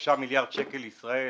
ב-3 מיליארד שקל לישראל,